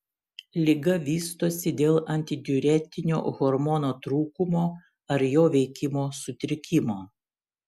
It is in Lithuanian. liga vystosi dėl antidiuretinio hormono trūkumo ar jo veikimo sutrikimo